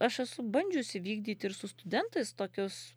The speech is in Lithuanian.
aš esu bandžius įvykdyti ir su studentais tokius